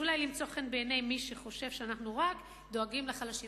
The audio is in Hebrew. זה אולי כדי למצוא חן בעיני מי שחושב שאנחנו רק דואגים לחלשים.